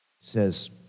says